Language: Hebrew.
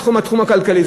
מהתחום הכלכלי?